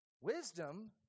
Wisdom